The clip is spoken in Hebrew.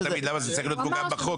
למה זה צריך להיות מעוגן בחוק?